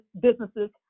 businesses